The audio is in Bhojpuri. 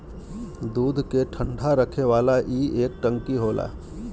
दूध के ठंडा रखे वाला ई एक टंकी होला